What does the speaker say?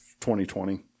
2020